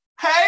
Hey